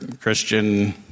Christian